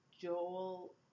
Joel